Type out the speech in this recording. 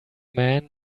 man